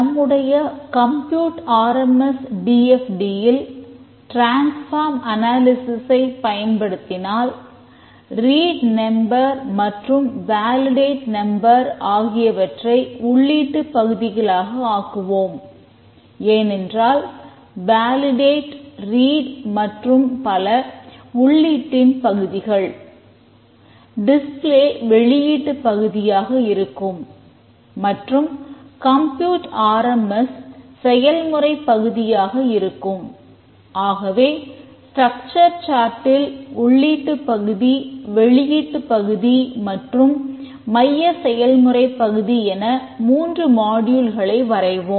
நம்முடைய compute R M S வரைவோம்